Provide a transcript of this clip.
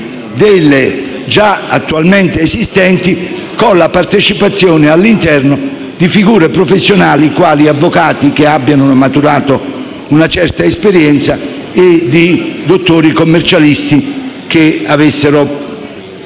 già attualmente esistenti con la partecipazione, all'interno, di figure professionali quali avvocati che abbiano maturato una certa esperienza e dottori commercialisti che avessero